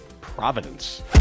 Providence